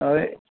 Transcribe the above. હવે